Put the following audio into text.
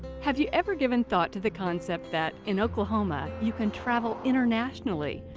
have you ever given thought to the concept that in oklahoma you can travel internationally,